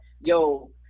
yo